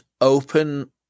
open